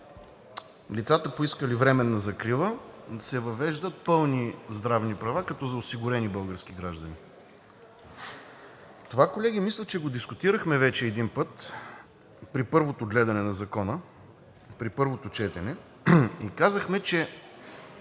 лицата, поискали временна закрила, се въвеждат пълни здравни права като за осигурени български граждани? Това, колеги, мисля, че го дискутирахме вече един път при първото четене на Законопроекта и казахме, че